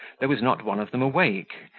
there was not one of them awake,